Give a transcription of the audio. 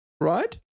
right